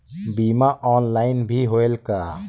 बीमा ऑनलाइन भी होयल का?